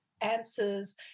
answers